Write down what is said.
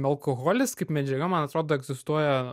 alkoholis kaip medžiaga man atrodo egzistuoja